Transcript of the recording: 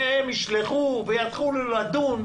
והם ישלחו ויתחילו לדון,